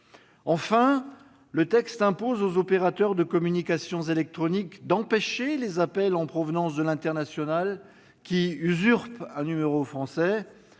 Enfin, le texte impose aux opérateurs de communications électroniques d'empêcher les appels en provenance de l'international qui usurpent un numéro français